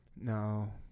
No